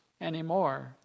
anymore